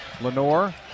Lenore